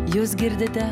jūs girdite